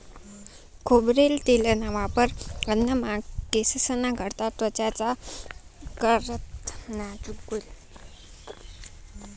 खोबरेल तेलना वापर अन्नमा, केंससना करता, त्वचाना कारता करतंस